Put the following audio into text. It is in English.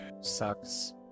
Sucks